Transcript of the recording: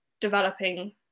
developing